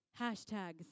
hashtags